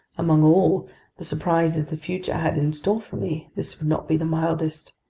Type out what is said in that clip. among all the surprises the future had in store for me, this would not be the mildest.